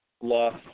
loss